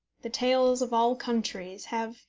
the tales of all countries have,